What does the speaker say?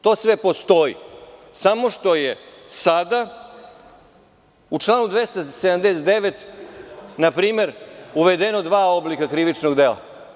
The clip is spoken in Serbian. To sve postoji, samo što su sada u članu 279. uvedena dva oblika krivična dela.